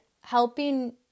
helping